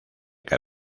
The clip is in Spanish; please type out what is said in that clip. que